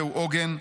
זהו עוגן,